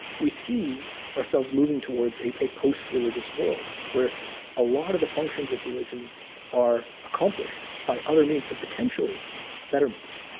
we see ourselves moving towards a a post-religious world where a lot of the functions of religion are accomplished by other means and potentially better means